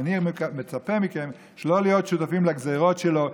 אני מצפה מכם שלא להיות שותפים לגזרות שלו,